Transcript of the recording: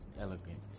elegant